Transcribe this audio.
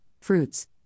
fruits